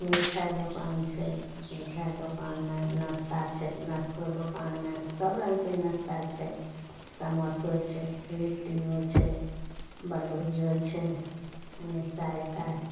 मिठाइ दोकान छै मिठाइ दोकानमे नाश्ता छै नाश्तो दोकानमे सबरङ्गके नाश्ता छै समोसो छै लिट्टिओ छै बड़भुज्जो छै अनेक तरहके